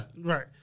Right